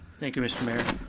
thank you, mr. mayor.